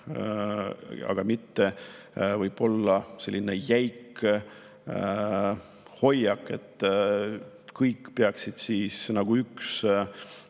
ei ole võib-olla selline jäik hoiak, et kõik peaksid nagu üks